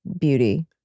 beauty